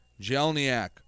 Jelniak